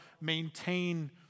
maintain